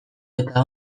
eta